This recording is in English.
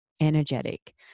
energetic